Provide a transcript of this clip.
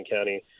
county